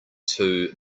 too